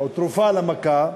תרופה למכה,